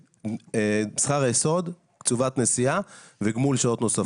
שכר יסוד, קצובת נסיעה וגמול שעות נוספות.